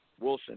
Wilson